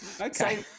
Okay